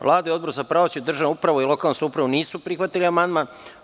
Vlada i Odbor za pravosuđe, državnu upravu i lokalnu samoupravu nisu prihvatili amandman.